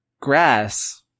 grass